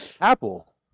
Apple